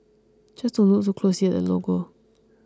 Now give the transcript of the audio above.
just don't look too closely at the logo